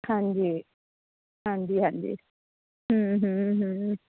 ਹਾਂਜੀ ਹਾਂਜੀ ਹਾਂਜੀ